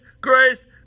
grace